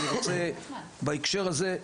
בהקשר הזה,